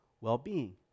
well-being